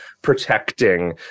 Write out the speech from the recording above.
protecting